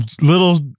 little